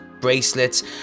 bracelets